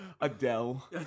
Adele